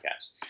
podcast